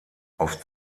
auf